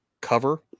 cover